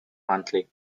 monthly